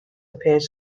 appears